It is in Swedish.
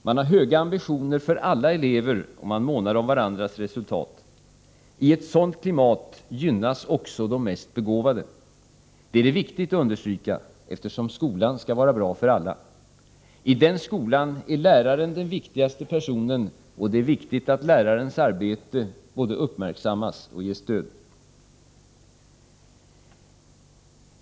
Man har höga ambitioner för alla elever och man månar om varandras resultat. I ett sådant klimat gynnas också de mest begåvade. Detta är viktigt att understryka, eftersom skolan skall vara bra för alla. I den skolan är läraren den viktigaste personen, och det är viktigt att lärarens arbete uppmärksammas och ges stöd.